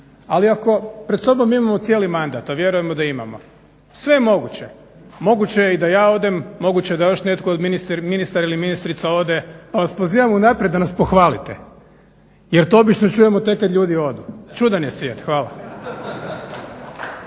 ali ako pred sobom imamo cijeli mandat, a vjerujemo da imamo, sve je moguće. Moguće je da i ja odem, moguće da još netko od ministara ili ministrica ode, pa vas pozivam unaprijed da nas pohvalite jel to obično čujemo tek kada ljudi odu. Čudan je svijet. Hvala.